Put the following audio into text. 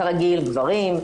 כרגיל גברים,